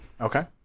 okay